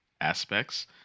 aspects